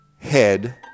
head